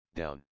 down